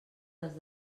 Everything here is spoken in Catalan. les